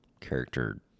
character